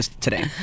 today